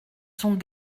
sont